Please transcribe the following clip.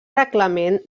reglament